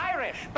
Irish